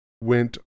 went